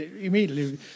immediately